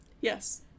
Yes